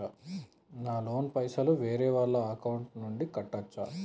నా లోన్ పైసలు వేరే వాళ్ల అకౌంట్ నుండి కట్టచ్చా?